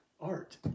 art